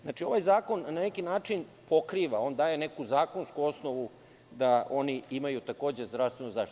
Znači, ovaj zakon na neki način pokriva, daje zakonsku osnovu da oni imaju takođe zdravstvenu zaštitu.